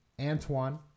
Antoine